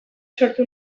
sortu